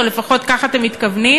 או לפחות כך אתם מתכוונים,